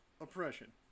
oppression